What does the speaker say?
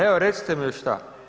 Evo recite mi šta.